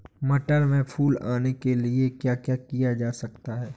मटर में फूल आने के लिए क्या किया जा सकता है?